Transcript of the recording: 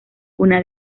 una